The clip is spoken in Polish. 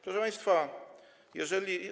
Proszę państwa, jeżeli.